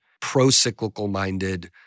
pro-cyclical-minded